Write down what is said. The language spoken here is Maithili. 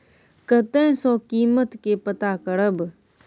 कतय सॅ कीमत के पता करब?